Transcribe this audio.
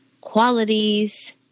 qualities